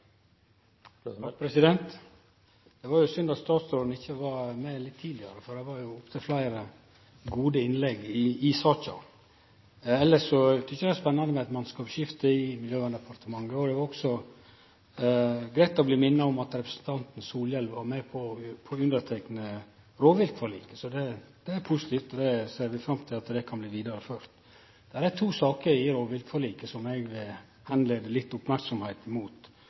Det var synd at statsråden ikkje var her litt tidlegare, for det var fleire gode innlegg i saka. Elles tykkjer eg det er spennande med eit mannskapsskifte i Miljøverndepartementet, og det er også greitt å bli mint om at representanten Solhjell var med på å underteikne rovviltforliket. Det er positivt, og vi ser fram til at det kan bli vidareført. Det er to saker i rovviltforliket som eg vil rette merksemda litt mot,